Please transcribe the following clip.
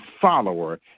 follower